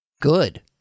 good